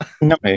No